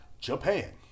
Japan